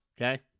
Okay